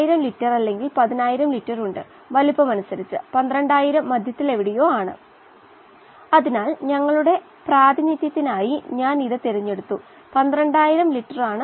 നിങ്ങൾക്കറിയാമോ ഇത് 21 ശതമാനം അതായത് 100 ശതമാനം ഓക്സിജൻ അതായത് ഗ്യാസ് ഘട്ടത്തിൽ പൂർണ്ണമായും ഓക്സിജൻ ആണെങ്കിൽ നിങ്ങൾക്ക് 480 ശതമാനം എയർ സാച്ചുറേഷൻ വരെ പോകാം